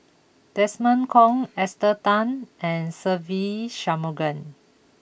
Desmond Kon Esther Tan and Se Ve Shanmugam